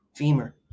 Femur